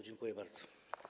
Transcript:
Dziękuję bardzo.